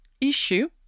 issue